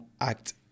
act